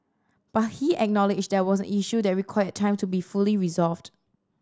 but he acknowledged there were issue that require time to be fully resolved